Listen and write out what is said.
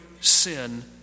sin